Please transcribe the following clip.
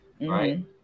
right